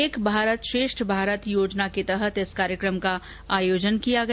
एक भारत श्रेष्ठ भारत योजना के तहत इस कार्यक्रम का आयोजन किया गया